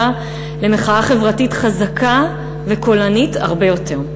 למחאה חברתית חזקה וקולנית הרבה יותר.